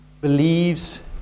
believes